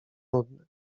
nudny